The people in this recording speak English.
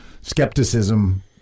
skepticism